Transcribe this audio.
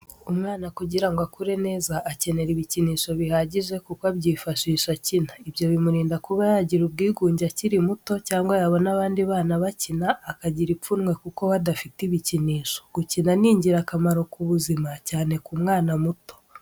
Umwana kugira ngo akure neza akenera ibikinisho bihajije, kuko abyifashisha akina. Ibyo bimurinda kuba yagira ubwigunge akiri muto cyangwa yabona abandi bana bakina akagira ipfunwe, kuko we adafite ibikinisho. Gukina ni ingirakamaro ku buzima cyane ku mwana muto.